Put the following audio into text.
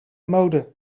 mode